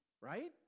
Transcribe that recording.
right